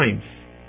times